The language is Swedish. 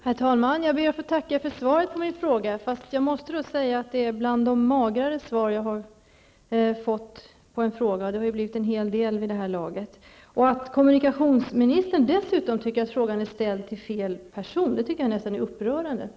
Herr talman! Jag ber att få tacka för svaret på min fråga. Jag måste då säga att det är bland de magrare svar jag har fått på en fråga, och det har ju hunnit bli en hel del vid det här laget. Att kommunikationsministern dessutom anser att frågan är ställd till fel person tycker jag nästan är upprörande.